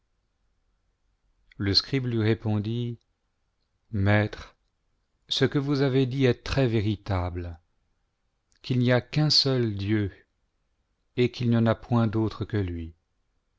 le scribe lui répondit maître ce que vous avez dit est très véritable qu'il n'y a qu'un seul dieu et qu'il n'y en a point d'autre que lui